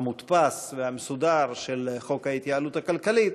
המודפס והמסודר של חוק ההתייעלות הכלכלית,